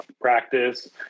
practice